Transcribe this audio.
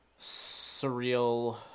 surreal